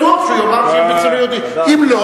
רק אמרתי שצריכה להיות יושרה, יהודים נרצחים.